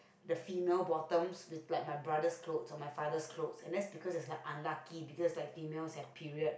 the female bottoms with like my brother's clothes or my father's clothes and that is because is like unlucky because female have period